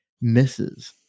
misses